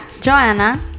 Joanna